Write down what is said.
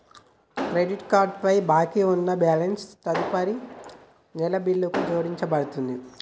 credit card పై బాకీ ఉన్న బ్యాలెన్స్ తదుపరి నెల బిల్లుకు జోడించబడతది